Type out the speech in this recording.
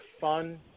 fun